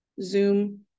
Zoom